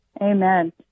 Amen